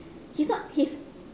he's not he's